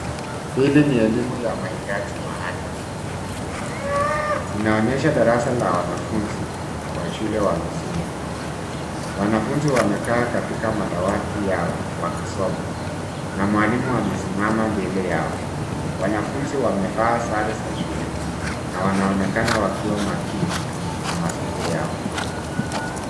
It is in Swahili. Hili ni elimu ya maitaji maalum. Inaonyesha darasa la wanafunzi wa shule wa msingi. Wanafunzi wamekaa katika madawati yao wakisoma. Na mwalimu amesimama mbele yao. Wanafunzi wamevaa sare za shule na wanaonekana wakiwa makini na masomo yao.